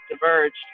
diverged